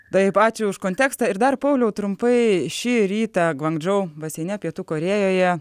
taip ačiū už kontekstą ir dar pauliau trumpai šį rytą gvangžau baseine pietų korėjoje